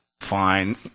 Fine